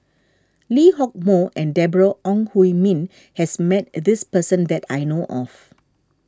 Lee Hock Moh and Deborah Ong Hui Min has met this person that I know of